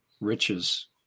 riches